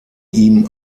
ihm